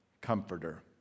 comforter